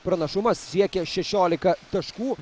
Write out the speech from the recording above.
pranašumas siekia šešiolika taškų